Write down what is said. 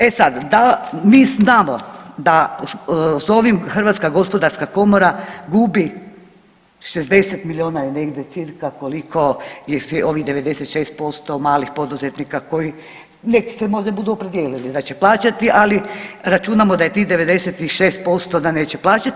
E sada da mi znamo da s ovim Hrvatska gospodarska komora gubi 60 milijuna je negdje cca koliko ovih 96% malih poduzetnika koji neki se možda budu opredijelili da će plaćati, ali računamo da je tih 96% da neće plaćati.